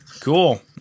Cool